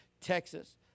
Texas